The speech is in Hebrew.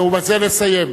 ובזה נסיים.